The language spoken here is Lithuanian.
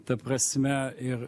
ta prasme ir